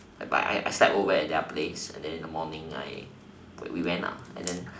but I I slept over at their place and then in the morning I we went lah and then